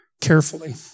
carefully